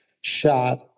shot